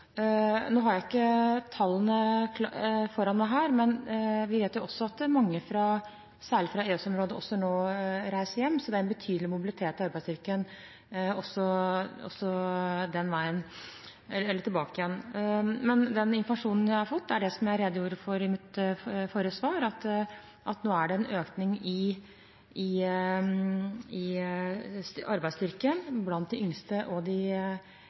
Jeg har ikke tallene foran meg her, men vi vet at mange, særlig fra EØS-området, også reiser hjem nå, så det er en betydelig mobilitet i arbeidsstyrken også tilbake igjen. Den informasjonen jeg har fått, er, som jeg redegjorde for i mitt forrige svar, at det nå er en økning i arbeidsstyrken blant de yngste og de